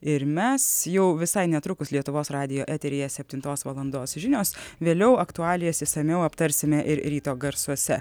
ir mes jau visai netrukus lietuvos radijo eteryje septintos valandos žinios vėliau aktualijas išsamiau aptarsime ir ryto garsuose